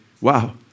wow